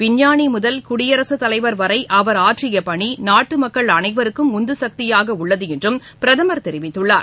விஞ்ஞானி முதல் குடியரசுத் தலைவர் வரை அவர் ஆற்றிய பணி நாட்டு மக்கள் அனைவருக்கும் உந்து சக்தியாக உள்ளது என்றும் பிரதமா் தெரிவித்துள்ளார்